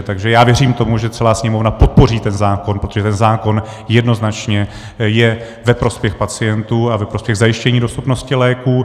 Takže já věřím tomu, že celá Sněmovna podpoří ten zákon, protože ten zákon jednoznačně je ve prospěch pacientů a ve prospěch zajištění dostupnosti léků.